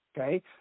okay